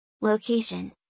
Location